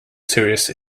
serious